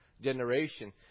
generation